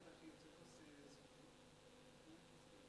ולגזענות יש אופי של דיכוי חברתי.